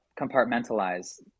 compartmentalize